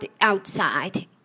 outside